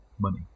money